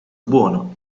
buono